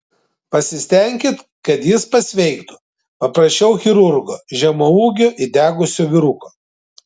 pasistenkit kad jis pasveiktų paprašiau chirurgo žemaūgio įdegusio vyruko